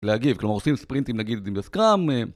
להגיב, כלומר עושים ספרינטים נגיד זה בסקראם